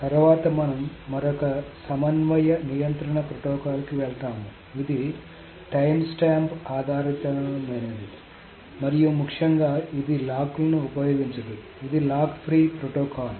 తరువాత మనం మరొక సమన్వయ నియంత్రణ ప్రోటోకాల్కి వెళ్తాము ఇది టైమ్స్టాంప్ ఆధారితమైనది మరియు ముఖ్యంగా ఇది లాక్లను ఉపయోగించదు ఇది లాక్ ఫ్రీ ప్రోటోకాల్